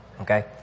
okay